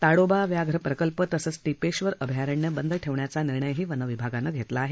ताडोबा व्याघ्र प्रकल्प तसंच टिपेश्वर अभयारण्य बंद ठेवण्याचा निर्णयही वनविभागानं घेतला आहे